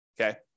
okay